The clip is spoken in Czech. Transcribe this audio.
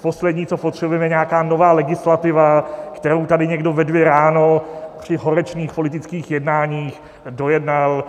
Poslední, co potřebujeme, je nějaká nová legislativa, kterou tady někdo ve dvě ráno při horečných politických jednáních dojednal.